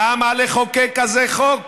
למה לחוקק חוק כזה?